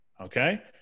okay